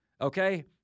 Okay